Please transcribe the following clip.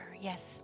Yes